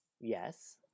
yes